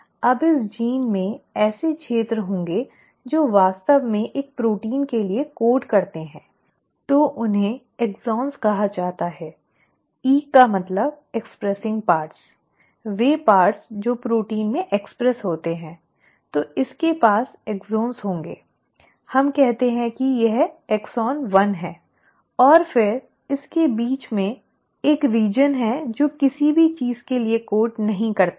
अब इस जीन में ऐसे क्षेत्र होंगे जो वास्तव में एक प्रोटीन के लिए कोड करते हैं तो उन्हें एक्सॉन"exons" कहा जाता है E का मतलब एक्सप्रेसिंग पार्ट्स वे भाग जो प्रोटीन में व्यक्त होते हैं तो इसके पास एक्सॉन होंगे हम कहते हैं कि यह एक्सॉन 1 है और फिर इसके बीच में एक क्षेत्र है जो किसी भी चीज़ के लिए कोड नहीं करता है